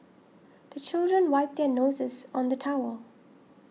the children wipe their noses on the towel